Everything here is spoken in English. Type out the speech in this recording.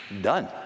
done